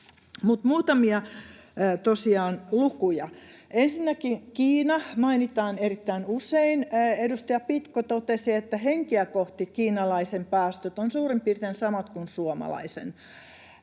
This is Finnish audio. Muutamia lukuja: Ensinnäkin Kiina mainitaan erittäin usein. Edustaja Pitko totesi, että henkeä kohti kiinalaisen päästöt ovat suurin piirtein samat kuin suomalaisen.